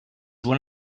one